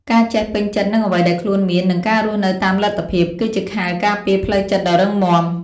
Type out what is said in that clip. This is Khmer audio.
ការចេះពេញចិត្តនឹងអ្វីដែលខ្លួនមាន និងការរស់នៅតាមលទ្ធភាព គឺជាខែលការពារផ្លូវចិត្តដ៏រឹងមាំ។